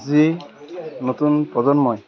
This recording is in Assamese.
যি নতুন প্ৰজন্মই